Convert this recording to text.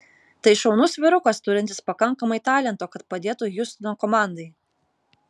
tai šaunus vyrukas turintis pakankamai talento kad padėtų hjustono komandai